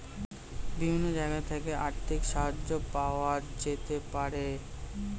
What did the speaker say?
বিভিন্ন জায়গা থেকে আর্থিক সাহায্য পাওয়া যেতে পারে